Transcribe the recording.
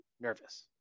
nervous